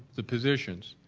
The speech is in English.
the positions.